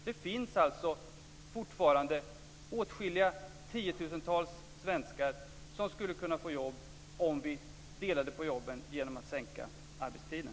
Det finns alltså fortfarande åtskilliga tiotusentals svenskar som skulle kunna få jobb om vi delade på jobben genom att sänka arbetstiden.